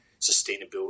sustainability